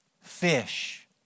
fish